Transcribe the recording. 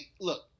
look